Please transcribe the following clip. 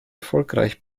erfolgreich